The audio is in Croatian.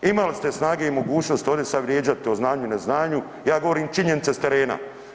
Imali ste snage i mogućnost ovdje sad vrijeđati o znanju i neznanju, ja govorim činjenice s terena.